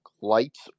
lights